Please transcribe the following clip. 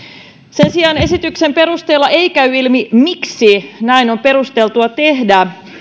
sen sijaan esityksen perusteella ei käy ilmi miksi näin on perusteltua tehdä